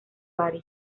bari